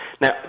Now